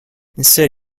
instead